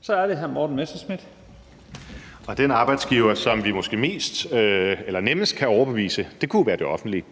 Så er det hr. Morten Messerschmidt. Kl. 15:56 Morten Messerschmidt (DF): Den arbejdsgiver, som vi måske nemmest kan overbevise, kunne jo være det offentlige,